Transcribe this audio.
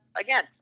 again